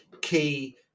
key